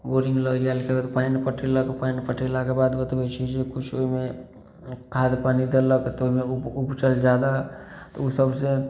boring लऽ गेल अगर पानि पटेलक पानि पटेलाके बाद बतबै छी जे किछु ओहिमे खाद पानि देलक तऽ ओहिमे उपजल जादा तऽ ओ सबसे